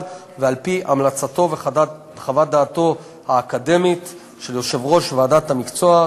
ועל-פי המלצתו וחוות דעתו האקדמית של יושב-ראש ועדת המקצוע,